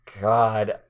God